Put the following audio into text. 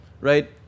right